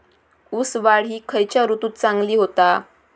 ऊस वाढ ही खयच्या ऋतूत चांगली होता?